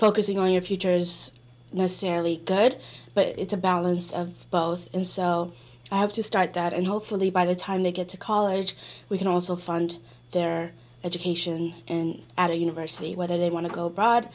focusing on your future is necessarily good but it's a balance of both and so i have to start that and hopefully by the time they get to college we can also fund their education and our university whether they want to go abroad